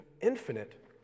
infinite